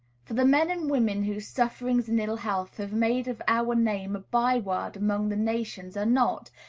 for the men and women whose sufferings and ill-health have made of our name a by-word among the nations are not,